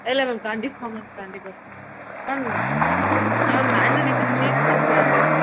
இல்லை மேம் கண்டிப்பாக மேம் கண்டிப்பாக மேம் மேம் மேம் ஆன்வல் டேக்கு சீஃப் கெஸ்ட்டு யார் மேம்